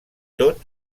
tot